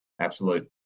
absolute